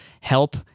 help